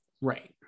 right